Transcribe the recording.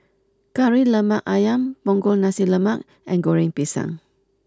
Kari Lemak Ayam Punggol Nasi Lemak and Goreng Pisang